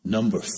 Number